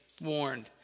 warned